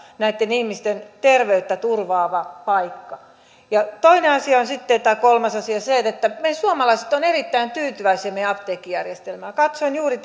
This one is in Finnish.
näiden ihmisten terveyttä turvaava paikka toinen asia on sitten tai kolmas asia se että me suomalaiset olemme erittäin tyytyväisiä meidän apteekkijärjestelmäämme katsoin juuri